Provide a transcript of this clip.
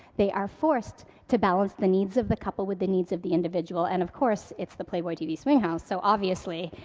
they are forced to balance the needs of the couple with the needs of the individual. and of course, it's the playboytv swing house, so obviously,